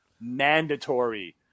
mandatory